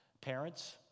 parents